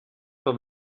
tot